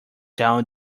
down